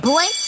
Boy